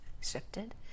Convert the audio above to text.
shifted